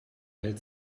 hält